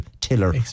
tiller